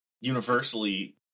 universally